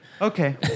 Okay